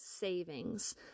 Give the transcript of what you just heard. savings